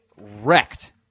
wrecked